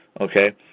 Okay